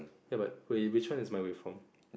ya but which one is my waveform